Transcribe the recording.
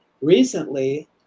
recently